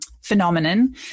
phenomenon